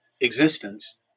existence